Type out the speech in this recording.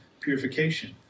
purification